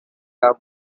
are